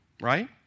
right